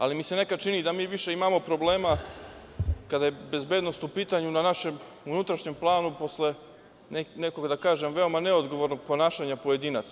Nekad mi se čini da mi više imamo problema kada je bezbednost u pitanju na našem unutrašnjem planu, posle nekog, da kažem, veoma neodgovornog ponašanja pojedinaca.